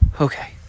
Okay